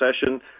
session